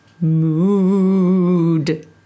mood